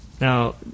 Now